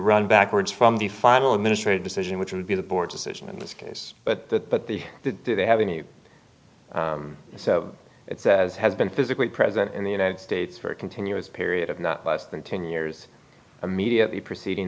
run backwards from the final administrative decision which would be the board's decision in this case but the but the do they have any so it says has been physically present in the united states for a continuous period of not less than ten years immediately preceding